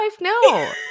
no